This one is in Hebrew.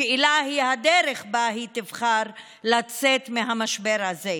השאלה היא הדרך שבה היא תבחר לצאת מהמשבר הזה: